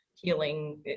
healing